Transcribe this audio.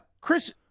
Chris